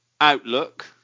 outlook